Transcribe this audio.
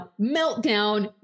meltdown